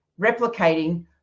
replicating